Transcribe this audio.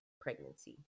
pregnancy